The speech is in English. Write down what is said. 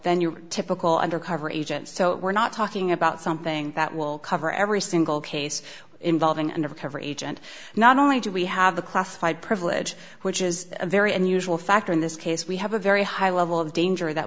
than your typical undercover agent so we're not talking about something that will cover every single case involving an undercover agent not only do we have the classified privilege which is a very unusual factor in this case we have a very high level of danger that